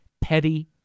petty